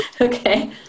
Okay